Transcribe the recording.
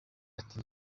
ati